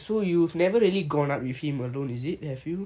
alone no only in